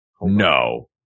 No